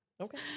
Okay